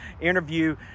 interview